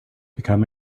become